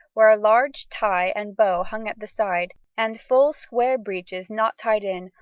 where a large tie and bow hung at the side, and full square breeches not tied in,